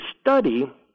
study